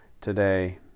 today